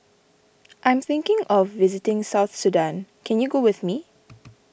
I am thinking of visiting South Sudan can you go with me